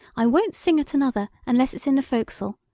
i won't sing at another unless it's in the fo'c'sle.